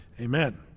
Amen